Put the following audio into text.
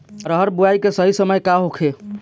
अरहर बुआई के सही समय का होखे?